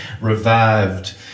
revived